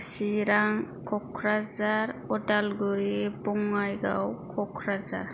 Chirang Kokrajhar Udalguri Bongaigaon Kokrajhar